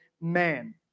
man